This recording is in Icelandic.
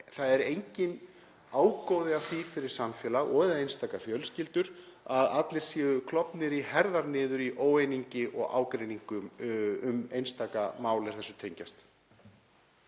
Það er enginn ágóði af því fyrir samfélag og/eða einstakar fjölskyldur að allir séu klofnir í herðar niður í óeiningu og ágreiningi um einstaka mál er þessu tengjast.